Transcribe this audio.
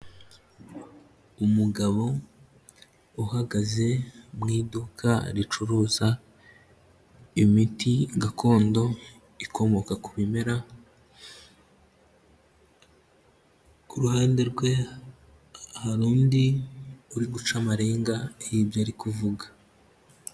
Umugabo uhagaze mu iduka ricuruza imiti gakondo ikomoka ku bimera, ku ruhande rwe hari undi uri guca amarenga y'ibyo ari kuvuga.